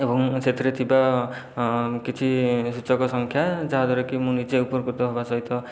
ଏବଂ ସେଥିରେ ଥିବା କିଛି ସୂଚକ ସଂଖ୍ୟା ଯାହା ଦ୍ଵାରା ମୁଁ ନିଜେ ଉପକୃତ ହେବା ସହିତ